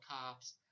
cops